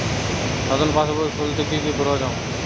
নতুন পাশবই খুলতে কি কি প্রয়োজন?